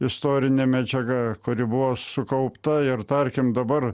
istorinė medžiaga kuri buvo sukaupta ir tarkim dabar